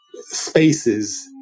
spaces